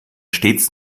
stets